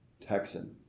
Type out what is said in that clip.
Texan